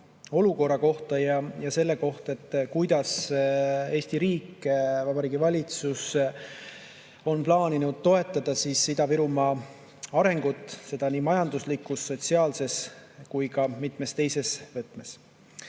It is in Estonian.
olukorra kohta, selle kohta, kuidas Eesti riik, Vabariigi Valitsus, on plaaninud toetada Ida-Virumaa arengut nii majanduslikus, sotsiaalses kui ka mitmes teises võtmes.